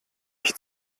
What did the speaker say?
ich